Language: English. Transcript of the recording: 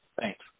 Thanks